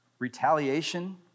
retaliation